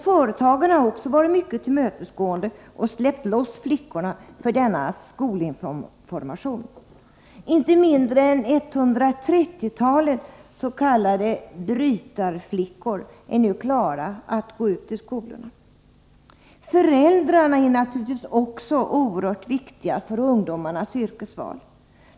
Företagen har också varit mycket tillmötesgående och släppt loss flickorna för denna skolinformation. Inte mindre än ca 130 s.k. brytarflickor är nu klara att gå ut i skolorna. Föräldrarna är naturligtvis också oerhört viktiga för ungdomarnas yrkesval.